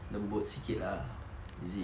lembut sikit lah is it